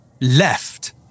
left